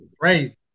crazy